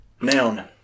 Noun